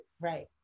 right